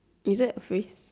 is that a phrase